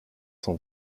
cent